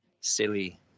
silly